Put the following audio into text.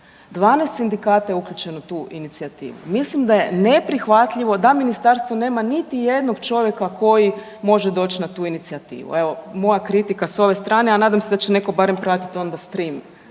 12 sindikata je uključeno u tu inicijativu. Mislim da je neprihvatljivo da ministarstvo nema niti jednog čovjeka koji može doći na tu inicijativu, evo moja kritika s ove strane, a nadam se da će netko barem pratiti onda stream